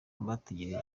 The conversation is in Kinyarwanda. bategereje